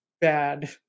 bad